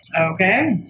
Okay